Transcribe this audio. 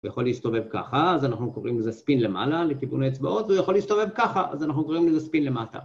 הוא יכול להסתובב ככה, אז אנחנו קוראים לזה ספין למעלה לכיוון האצבעות, הוא יכול להסתובב ככה, אז אנחנו קוראים לזה ספין למטה.